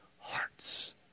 hearts